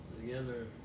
together